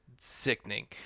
sickening